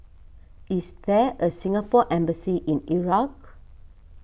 is there a Singapore Embassy in Iraq